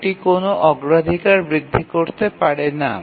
এটি কোন অগ্রাধিকার বৃদ্ধি করতে পারে না